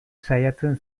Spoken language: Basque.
saiatzen